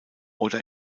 oder